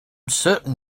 certain